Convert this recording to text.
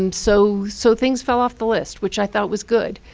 um so so things fell off the list, which i thought was good.